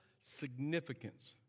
significance